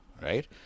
right